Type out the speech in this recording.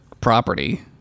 property